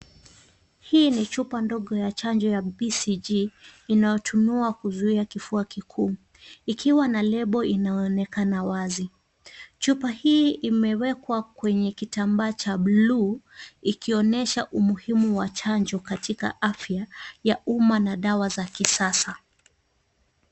Hii ni chupa ndogo ya chanjo ya BCG inayotumiwa kuzuia kifua kikuu ikiwa na lebo inayoonekana wazi. Chupa hii imewekwa kwenye kitamba cha buluu ikionyesha umuhimu wa chanjo katika afya ya umma na dawa za kisasa.